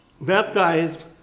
baptized